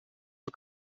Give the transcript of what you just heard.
von